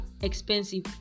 expensive